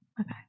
Okay